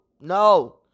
No